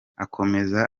akomeza